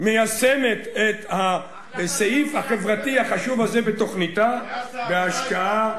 מיישמת את הסעיף החברתי החשוב הזה בתוכניתה בהשקעה,